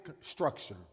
structure